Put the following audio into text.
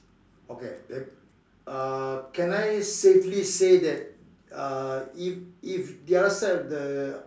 okay then uh can I safely say that uh if if the other side of the